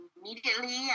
immediately